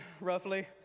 roughly